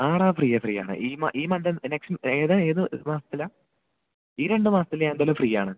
ആടാ ഫ്രീയാണ് ഫ്രീയാണ് ഈ മന്തും നെക്സ്റ്റ് ഏതാണ് ഏത് മാസത്തിലാണ് ഈ രണ്ട് മാസത്തിലും ഞാനെന്തായാലും ഫ്രീയാണ്